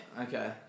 Okay